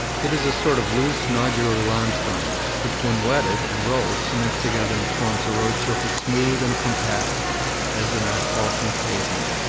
it is a sort of loose nodular limestone, which when wetted and rolled cements together and forms a road-surface smooth and compact as an asphaltum pavement,